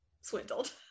swindled